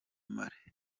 mali